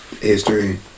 history